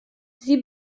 sie